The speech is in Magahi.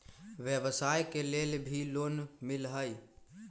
व्यवसाय के लेल भी लोन मिलहई?